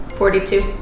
forty-two